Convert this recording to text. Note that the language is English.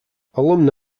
alumni